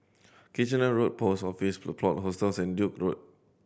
Kitchener Road Post Office The Plot Hostels and Duke's Road